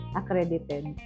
accredited